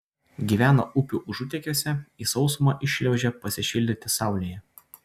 gyvena upių užutekiuose į sausumą iššliaužia pasišildyti saulėje